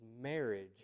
marriage